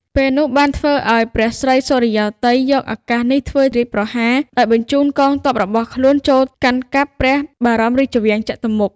ពេលនោះបានធ្វើឱ្យ ព្រះស្រីសុរិយោទ័យ យកឱកាសនេះធ្វើរាជប្រហារ ដោយបញ្ចូនកងកម្លាំងរបស់ខ្លួនចូលកាន់កាប់ ព្រះបរមរាជវាំងចតុមុខ ។